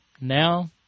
Now